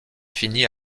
finit